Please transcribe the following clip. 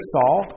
Saul